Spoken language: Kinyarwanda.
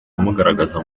amugaragaza